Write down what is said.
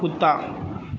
کتا